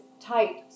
tight